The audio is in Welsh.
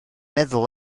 meddwl